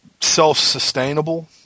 self-sustainable